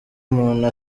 umuntu